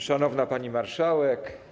Szanowna Pani Marszałek!